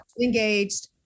engaged